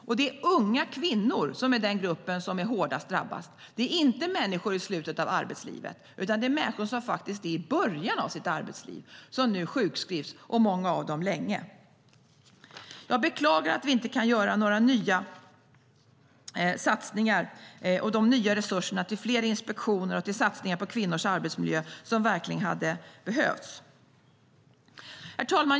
Det är unga kvinnor som är den grupp som är hårdast drabbad. Det är inte människor i slutet av arbetslivet, utan det är människor som är i början av sitt arbetsliv som nu sjukskrivs och många av dem länge. Jag beklagar att vi inte kan göra de nya satsningar på resurser till fler inspektioner och på kvinnors arbetsmiljö som verkligen hade behövts. Herr talman!